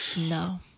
No